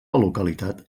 localitat